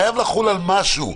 חייב לחול על משהו.